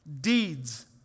Deeds